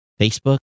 Facebook